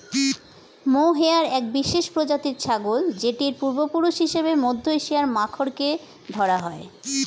mohair এক বিশেষ প্রজাতির ছাগল যেটির পূর্বপুরুষ হিসেবে মধ্য এশিয়ার মাখরকে ধরা হয়